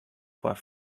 foar